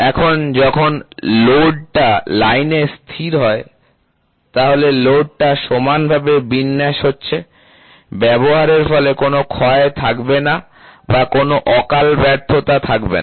এখন যখন লোড টা লাইনে স্থির হয় তাহলে লোড টা সমানভাবে বিন্যাস হচ্ছে ব্যবহারের ফলে কোন ক্ষয় থাকবে না বা কোন অকাল ব্যর্থতা থাকবে না